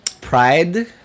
pride